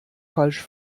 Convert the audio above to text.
falsch